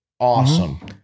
Awesome